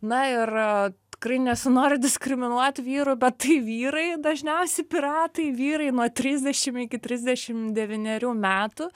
na ir tikrai nesinori diskriminuot vyrų bet tai vyrai dažniausi piratai vyrai nuo trisdešim iki trisdešim devynerių metų